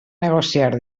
negociar